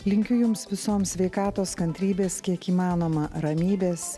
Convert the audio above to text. linkiu jums visoms sveikatos kantrybės kiek įmanoma ramybės